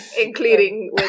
Including